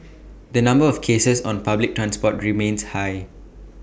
the number of cases on public transport remains high